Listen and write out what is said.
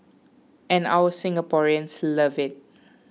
and our Singaporeans love it